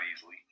easily